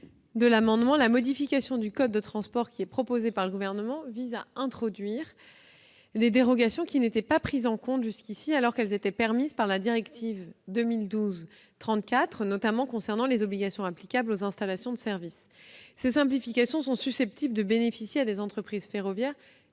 de l'amendement, la modification du code des transports proposée par le Gouvernement vise à introduire des dérogations qui n'étaient pas prises en compte jusqu'ici, alors qu'elles étaient permises par la directive 2012/34/UE, notamment concernant les obligations applicables aux installations de service. Ces simplifications sont susceptibles de bénéficier à des entreprises ferroviaires